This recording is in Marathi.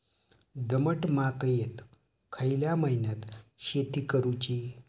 दमट मातयेत खयल्या महिन्यात शेती करुची?